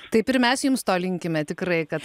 taip ir mes jums to linkime tikrai kad